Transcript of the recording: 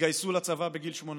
התגייסו לצבא בגיל 18,